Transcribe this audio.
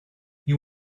you